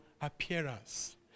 appearance